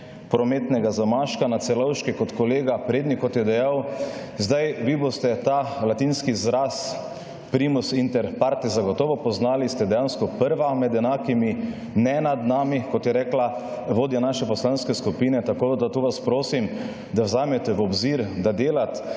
prometnega zamaška na Celovški kot kolega Prednik, kot je dejal. Zdaj vi boste ta latinski izraz primus inter partes zagotovo poznali, ste dejansko prva med enakimi, ne nad nami kot je rekla vodja naše poslanske skupine. Tako, da tu vas prosim, da vzamete v obzir, da delati